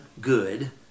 good